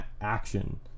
action